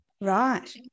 Right